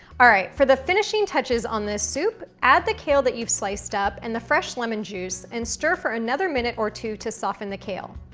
all right, for the finishing touches on this soup, add the kale that you've sliced up and the fresh lemon juice and stir for another minute or two to soften the kale.